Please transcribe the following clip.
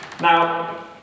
Now